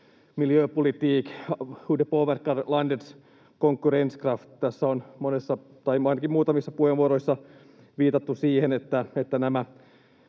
miljöpolitik påverkar landets konkurrenskraft. Tässä on monissa tai ainakin muutamissa puheenvuoroissa viitattu siihen, että nämä